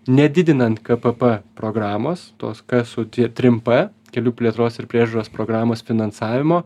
nedidinant kpp programos tos k su tie trim p kelių plėtros ir priežiūros programos finansavimo